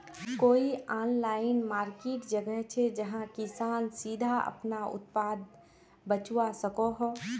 कोई online market जगह छे जहाँ किसान सीधे अपना उत्पाद बचवा सको हो?